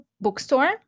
bookstore